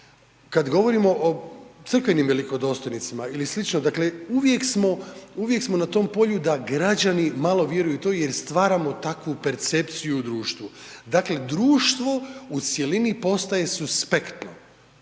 Kad govorimo o crkvenim velikodostojnicima ili sl., dakle, uvijek smo na tom polju da građani malo vjeruju u to jer stvaramo takvu percepciju u društvu, dakle, društvo u cjelini potaje suspektno